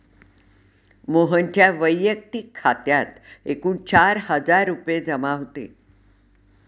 मोहनच्या वैयक्तिक खात्यात एकूण चार हजार रुपये जमा होते